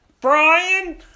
Brian